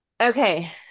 okay